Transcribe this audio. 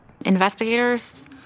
Investigators